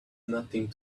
nothing